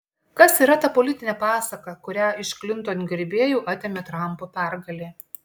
kas yra ta politinė pasaka kurią iš klinton gerbėjų atėmė trampo pergalė